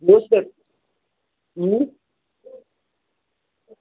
نۅسخہٕ کتہِ